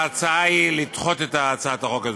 ההצעה היא לדחות את הצעת החוק הזו.